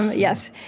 but yes.